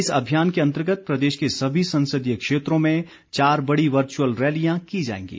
इस अभियान के अंतर्गत प्रदेश के सभी संसदीय क्षेत्रों में चार बड़ी वर्चुअल रैलियां की जाएंगी